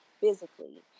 physically